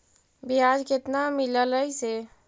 बियाज केतना मिललय से?